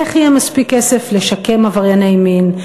איך יהיה מספיק כסף לשקם עברייני מין,